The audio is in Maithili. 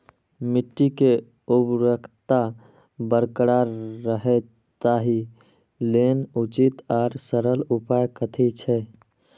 मिट्टी के उर्वरकता बरकरार रहे ताहि लेल उचित आर सरल उपाय कथी छे?